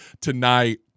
tonight